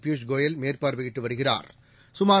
Piyush Goyal மேற்பார்வையிட்டுவருகிறார்